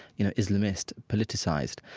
you know, islamist politicized.